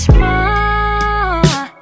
more